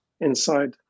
inside